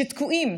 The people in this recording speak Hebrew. שתקועים